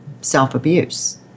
self-abuse